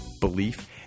belief